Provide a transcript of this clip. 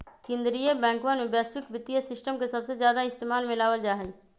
कीन्द्रीय बैंकवन में वैश्विक वित्तीय सिस्टम के सबसे ज्यादा इस्तेमाल में लावल जाहई